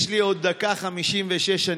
יש לי עוד 1:56 דקות.